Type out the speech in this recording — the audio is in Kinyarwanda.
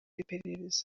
iperereza